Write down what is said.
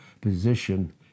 position